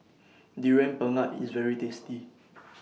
Durian Pengat IS very tasty